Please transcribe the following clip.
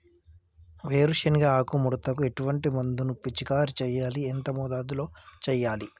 వేరుశెనగ ఆకు ముడతకు ఎటువంటి మందును పిచికారీ చెయ్యాలి? ఎంత మోతాదులో చెయ్యాలి?